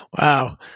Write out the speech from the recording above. Wow